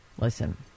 Listen